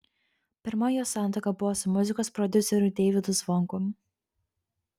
pirma jos santuoka buvo su muzikos prodiuseriu deivydu zvonkum